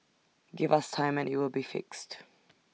give us time and IT will be fixed